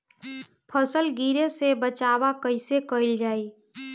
फसल गिरे से बचावा कैईसे कईल जाई?